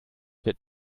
wird